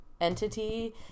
entity